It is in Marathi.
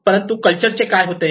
परंतु कल्चरचे काय होते